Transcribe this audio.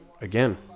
Again